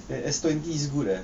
eh S twenty is good ah